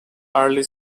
early